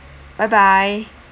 bye bye